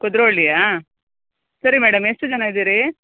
ಕುದ್ರೋಳಿನ ಸರಿ ಮೇಡಮ್ ಎಷ್ಟು ಜನ ಇದ್ದೀರಿ